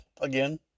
again